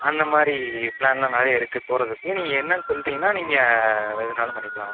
அந்த மாதிரி பிளான்லாம் நிறைய இருக்குது போகிறதுக்கு நீங்கள் என்னென்னு சொல்லிட்டீங்கன்னா நீங்கள் எது வேண்னாலும் பண்ணிக்கலாம்